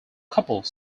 couple